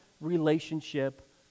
relationship